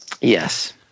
Yes